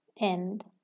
end